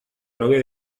novia